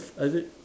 ah is it